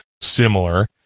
similar